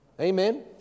Amen